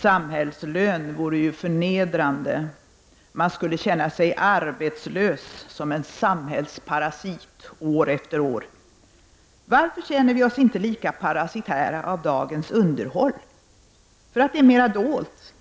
Samhällslön vore ju förnedrande, man skulle känna sig arbetslös, som en samhällsparasit år efter år. Varför känner vi oss inte lika parasitära av dagens underhåll? För att det är mera dolt?